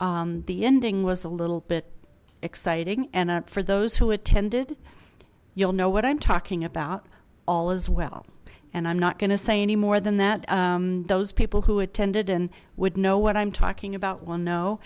up the ending was a little bit exciting and for those who attended you'll know what i'm talking about all as well and i'm not going to say any more than that those people who attended and would know what i'm talking about